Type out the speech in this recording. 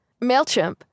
MailChimp